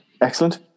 Excellent